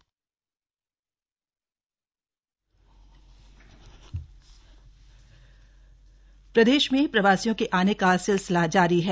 सचिव पीसी प्रदेश में प्रवासियों के आने का सिलसिला जारी है